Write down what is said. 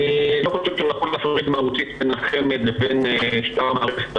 אני לא חושב שנכון --- מהותית בין החמ"ד לבין שאר מערכת החינוך,